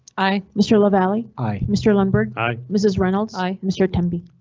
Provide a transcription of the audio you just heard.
aye. mr lavalley. aye. mr lundberg. aye. mrs reynolds. aye. mr. temby.